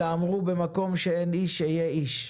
ואמרו: במקום שאין איש, היה איש,